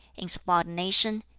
insubordination,